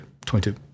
22